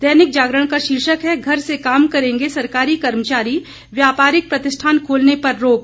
दैनिक जागरण का शीर्षक है घर से काम करेंगे सरकारी कर्मचारी व्यापारिक प्रतिष्ठान खोलने पर रोक